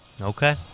Okay